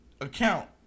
account